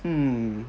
hmm